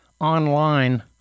online